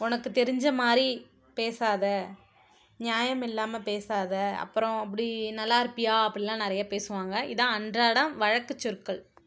உனக்கு தெரிஞ்ச மாதிரி பேசாத நியாயம் இல்லாமல் பேசாத அப்புறம் அப்படி நல்லா இருப்பியா அப்படில்லாம் நிறைய பேசுவாங்க இதான் அன்றாடம் வழக்கு சொற்கள்